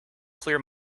clear